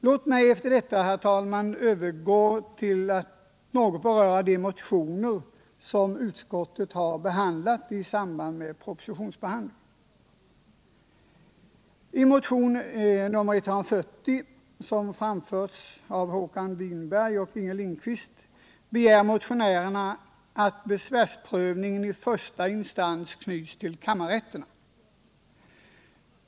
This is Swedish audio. Låt mig efter detta, herr talman, övergå till att något beröra de motioner som utskottet har behandlat i samband med propositionsbehandlingen. I motionen 140, som väckts av Håkan Winberg och Inger Lindquist, begärs att besvärsprövningen i första instans knyts till kammarrätterna.